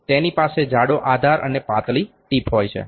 તેની પાસે જાડો આધાર અને પાતળી ટિપ હોય છે